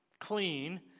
clean